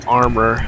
armor